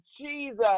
Jesus